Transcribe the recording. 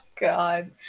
God